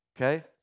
okay